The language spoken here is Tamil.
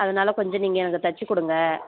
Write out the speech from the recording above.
அதனால கொஞ்சம் நீங்கள் எனக்கு தைச்சி கொடுங்க